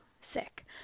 sick